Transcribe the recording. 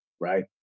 right